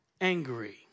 angry